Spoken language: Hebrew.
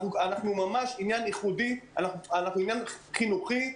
זה ממש עניין ייחודי, עניין חינוכי.